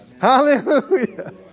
Hallelujah